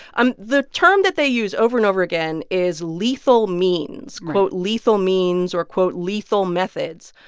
um the term that they use over and over again is lethal means, quote, lethal means or, quote, lethal methods.